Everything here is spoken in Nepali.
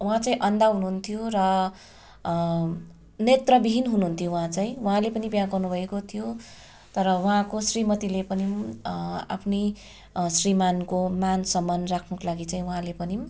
उहाँ चाहिँ अन्धा हुनु हुन्थ्यो र नेत्रविहीन हुनु हुन्थ्यो उहाँ चाहिँ उहाँले पनि बिहा गर्नु भएको थियो तर उहाँको श्रीमतीले पनि आफ्नै श्रीमान्को मान सम्मान राख्नको लागि चाहिँ उहाँले पनिं